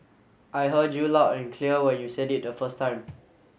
I heard you loud and clear when you said it the first time